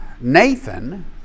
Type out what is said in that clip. Nathan